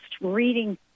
reading